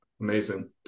Amazing